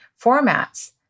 formats